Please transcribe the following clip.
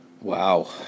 Wow